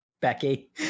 Becky